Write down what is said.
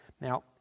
Now